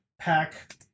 pack